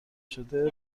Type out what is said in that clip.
شده